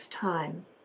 time